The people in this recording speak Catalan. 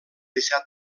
deixar